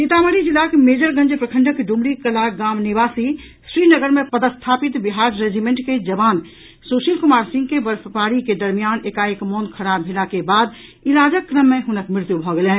सीतामढ़ी जिलाक मेजरगंज प्रखंडक डुमरी कला गाम निवासी श्रीनगर में पदस्थापित बिहार रेजिमेंट के जवान सुशील कुमार सिंह के बर्फबारी के दरमियान एकाएक मन खराब भेला के बाद इलाजक क्रम मे हुनक मृत्यू भऽ गेलनि